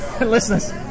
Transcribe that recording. Listeners